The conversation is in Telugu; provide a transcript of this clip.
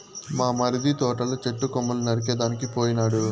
మా మరిది తోటల చెట్టు కొమ్మలు నరికేదానికి పోయినాడు